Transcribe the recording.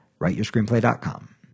writeyourscreenplay.com